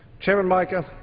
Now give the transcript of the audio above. chairman, mica,